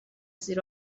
زیر